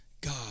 God